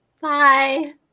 Bye